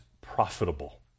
profitable